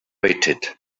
waited